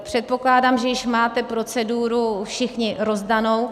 Předpokládám, že již máte proceduru všichni rozdanou.